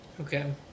Okay